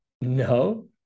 No